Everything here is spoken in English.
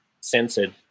censored